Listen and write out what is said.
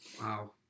Wow